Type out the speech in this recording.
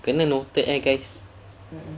kena noted ah guys